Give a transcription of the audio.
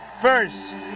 first